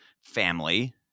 family